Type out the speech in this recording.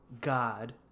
God